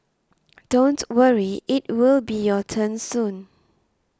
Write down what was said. don't worry it will be your turn soon